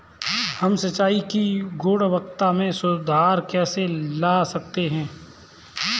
हम सिंचाई की गुणवत्ता में सुधार कैसे ला सकते हैं?